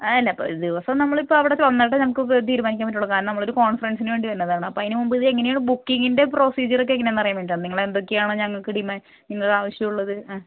ആയെല്ല ഇപ്പം ദിവസം നമ്മളിപ്പം അവിടെ ചൊന്നട്ടെ നമുക്ക് തീരുമാനിക്കാൻ പറ്റുള്ളു കാരണം നമ്മള്ളൊരു കോൺഫ്രൻസിന് വേണ്ടി വരണതാണ് അപ്പം അതിന് മുമ്പ് ഇതെങ്ങനെയാണ് ബുക്കിങ്ങിൻ്റെ പ്രൊസീജ്യറൊക്കെ എങ്ങനെയാണെന്നറിയാൻ വേണ്ടീട്ടാണ് നിങ്ങളെന്തൊക്കെയാണ് ഞങ്ങൾക്ക് ഡിമാ നിങ്ങൾക്ക് ആവശ്യമുള്ളത് ആ